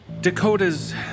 Dakota's